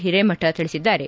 ಹಿರೇಮಠ ತಿಳಿಸಿದ್ದಾರೆ